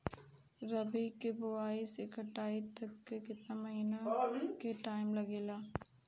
रबी के बोआइ से कटाई तक मे केतना महिना के टाइम लागेला?